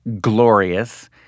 glorious